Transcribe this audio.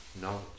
knowledge